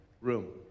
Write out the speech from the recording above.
room